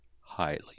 Highly